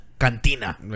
Cantina